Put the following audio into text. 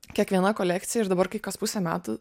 kiekviena kolekcija ir dabar kai kas pusę metų